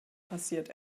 passiert